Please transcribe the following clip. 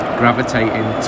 gravitating